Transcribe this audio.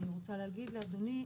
אני רוצה להגיד לאדוני,